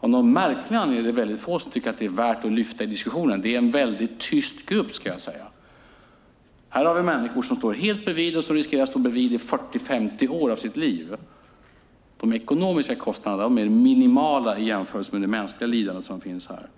Av någon märklig anledning är det få som tycker att detta är värt att lyfta fram i diskussionen. Det är en tyst grupp. Vi har människor som står bredvid och riskerar att göra det i 40 år eller mer av sitt liv. De ekonomiska kostnaderna är minimala i jämförelse med det mänskliga lidande som finns här.